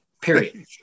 period